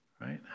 Right